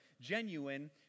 genuine